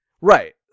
Right